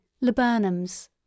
Laburnums